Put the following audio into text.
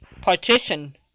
partition